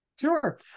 Sure